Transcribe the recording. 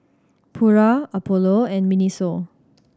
Pura Apollo and MINISO